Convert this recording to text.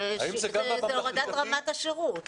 זאת הורדת רמת השירות.